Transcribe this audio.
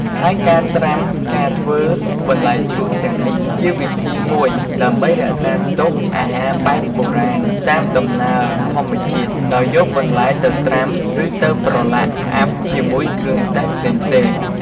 ហេីយការត្រាំការធ្វើបន្លែជ្រក់ទាំងនេះជាវិធីមួយ ដេីម្បីរក្សាទុកអាហារបែបបុរាណតាមដំណើរធម្មជាតិ ដោយយកបន្លែទៅត្រាំឬទៅប្រឡាក់ផ្អាប់ជាមួយគ្រឿងទេសផ្សេងៗ។